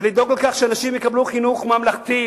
ולדאוג לכך שאנשים יקבלו חינוך ממלכתי,